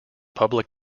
public